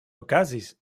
okazis